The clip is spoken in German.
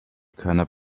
körner